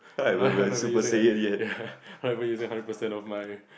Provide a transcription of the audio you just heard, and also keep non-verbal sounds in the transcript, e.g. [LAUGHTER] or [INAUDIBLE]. I'm not even using like [LAUGHS] ya I'm not even using hundred percent of my